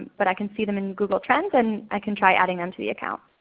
but i can see them in google trends and i can try adding them to the account.